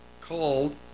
called